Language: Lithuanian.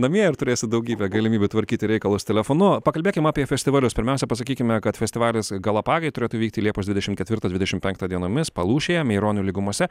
namie ir turėsi daugybę galimybių tvarkyti reikalus telefonu pakalbėkim apie festivalius pirmiausia pasakykime kad festivalis galapagai turėtų įvykti liepos dvidešim ketvirtą dvidešim penktą dienomis palūšėje meironių lygumose